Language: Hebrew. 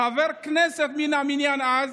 חבר הכנסת מן המניין אז,